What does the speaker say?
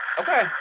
Okay